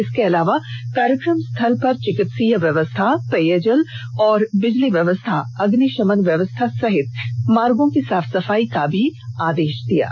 इसके अलावा कार्यक्रम स्थल पर चिकित्सीय व्यवस्था पेयजल और बिजली व्यवस्था अग्निषमन व्यवस्था सहित मार्गो की साफ सफाई का भी आदेष दिया है